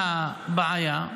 מהבעיה,